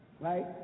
right